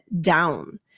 down